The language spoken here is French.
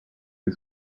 est